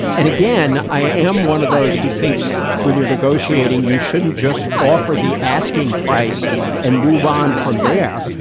and again, i am one of those who thinks when you're negotiating, you shouldn't just offer the asking price and move on from there.